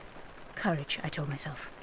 courage, i told myself,